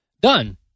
done